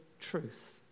truth